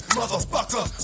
motherfucker